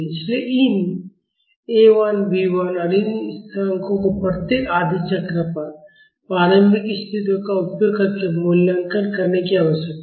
इसलिए इन A 1 B 1 और इन स्थिरांकों को प्रत्येक आधे चक्र पर प्रारंभिक स्थितियों का उपयोग करके मूल्यांकन करने की आवश्यकता है